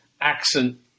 accent